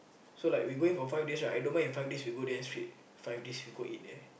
so like we going for five days right I don't mind if five days we go there straight five days we go eat there